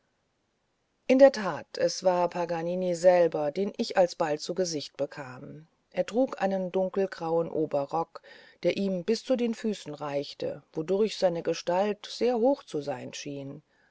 in der tat es war paganini selber den ich alsbald zu gesicht bekam er trug einen dunkelgrauen oberrock der ihm bis zu den füßen reichte wodurch seine gestalt sehr hoch zu sein schien